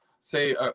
say